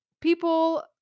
people